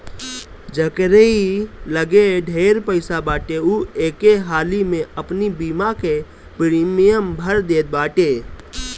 जकेरी लगे ढेर पईसा बाटे उ एके हाली में अपनी बीमा के प्रीमियम भर देत बाटे